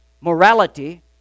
Morality